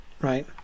right